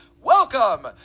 welcome